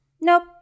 Nope